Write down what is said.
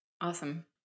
Awesome